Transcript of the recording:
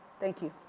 thank you.